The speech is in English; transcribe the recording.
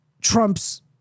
Trump's